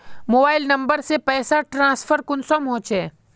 Mobile number से पैसा transfer कुंसम होचे?